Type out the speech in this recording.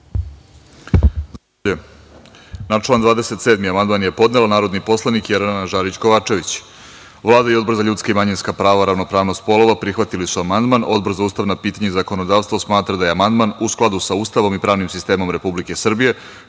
Na član 27. amandman je podnela narodni poslanik Jelena Žarić Kovačević. Vlada i Odbor za ljudska i manjinska prava i ravnopravnost polova prihvatili su amandman. Odbor za ustavna pitanja i zakonodavstvo smatra da je amandman u skladu sa Ustavom i pravnim sistemom Republike Srbije,